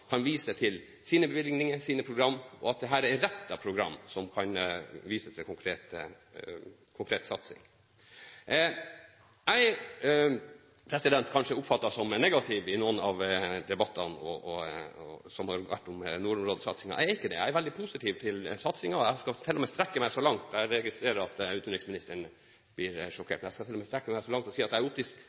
kan vise til sine bevilgninger, sine program, og at dette er målrettede program som kan vise til konkret satsing. Jeg er kanskje blitt oppfattet som negativ i noen av debattene som har vært om nordområdesatsingen. Jeg er ikke det. Jeg er veldig positiv til satsingen, og jeg skal til og med strekke meg så langt som – jeg registrerer at utenriksministeren blir sjokkert – til å si at jeg er optimistisk på vegne av denne regjeringens nordområdesatsing nå og den meldingen som foreligger. Jeg synes der er